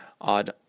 odd